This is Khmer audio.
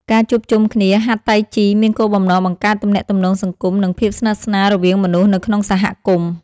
ការជួបជុំគ្នាហាត់តៃជីមានគោលបំណងបង្កើតទំនាក់ទំនងសង្គម និងភាពស្និទ្ធស្នាលរវាងមនុស្សនៅក្នុងសហគមន៍។